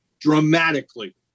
dramatically